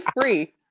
free